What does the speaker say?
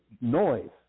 noise